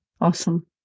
Awesome